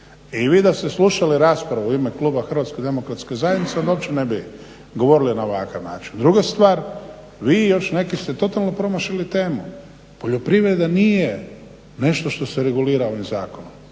I vi da ste slušali raspravu u ime kluba Hrvatske demokratske zajednice onda uopće ne bi govorili na ovakav način. Druga stvar, vi i još neki ste totalno promašili temu. Poljoprivreda nije nešto što se regulira ovim zakonom.